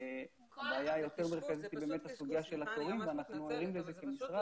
הבעיה המרכזית היא יותר הסוגיה של התורים ואנחנו ערים לזה כמשרד.